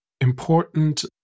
important